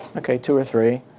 okay, two or three.